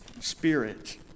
spirit